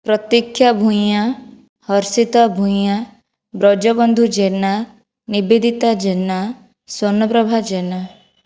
Pratiksha Bhuyan Harshita Bhuyan Brajabandhu Jena Nivedita Jena Swarnaprabha Jena